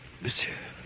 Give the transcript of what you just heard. Monsieur